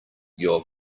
your